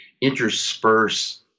intersperse